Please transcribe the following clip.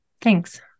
Thanks